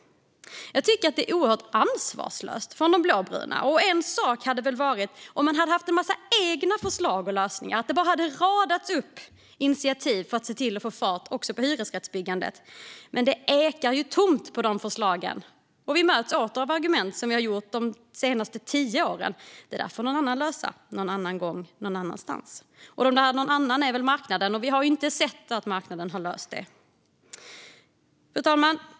Jag tycker att det är oerhört ansvarslöst från de blåbrunas sida. Det hade väl varit en sak om man hade haft en massa egna förslag och lösningar - om det hade radats upp initiativ efter initiativ för att se till att få fart också på hyresrättsbyggandet - men det ekar ju tomt på den punkten. Vi möts åter av de argument vi har mött under de senaste tio åren: Det där får någon annan lösa, någon annan gång, någon annanstans. Den där "någon annan" är väl marknaden, och vi har ju inte sett att marknaden har löst detta. Fru talman!